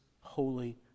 holy